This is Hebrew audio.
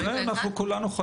כנראה, כולנו חלמנו.